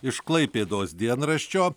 iš klaipėdos dienraščio